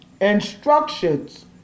Instructions